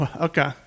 Okay